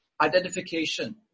identification